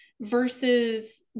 versus